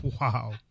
Wow